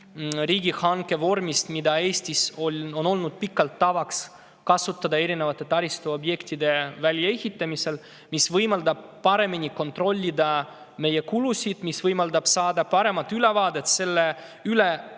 riigihanke vormist, mida on Eestis olnud pikalt tavaks kasutada erinevate taristuobjektide väljaehitamisel. See võimaldab paremini kontrollida meie kulusid ning võimaldab saada parema ülevaate selle kohta,